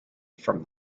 from